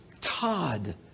Todd